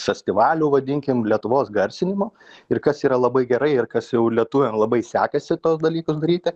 festivalių vadinkim lietuvos garsinimo ir kas yra labai gerai ir kas jau lietuviam labai sekasi tuos dalykus daryti